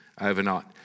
overnight